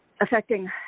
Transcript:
affecting